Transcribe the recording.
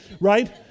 Right